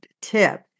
tip